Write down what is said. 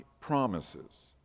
promises